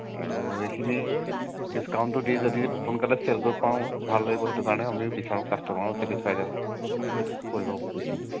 আৰু এইখিনি ডিচকাউণ্টটো দি যদি সোনকালে চেল কৰিব পাৰোঁ ভাল লাগব সেইটো কাৰণে আমি বিচাৰোঁ কাষ্টমাৰো ছেটিছফাইড হওক কৰিব পইচাৰ